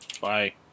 Bye